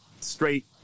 straight